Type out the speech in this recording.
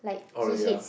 oh ya